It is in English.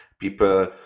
people